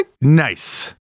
Nice